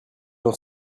j’en